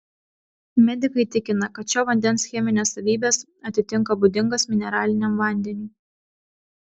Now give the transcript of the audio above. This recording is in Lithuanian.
medikai tikina kad šio vandens cheminės savybės atitinka būdingas mineraliniam vandeniui